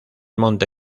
monte